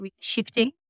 shifting